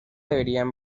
deberían